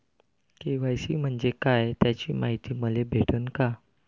KYC म्हंजे काय त्याची मायती मले भेटन का?